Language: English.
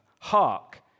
hark